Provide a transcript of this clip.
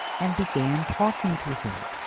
and began talking to him.